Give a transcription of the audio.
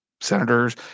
senators